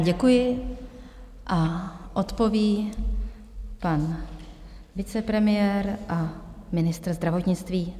Děkuji a odpoví pan vicepremiér a ministr zdravotnictví.